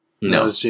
No